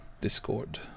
Discord